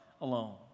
alone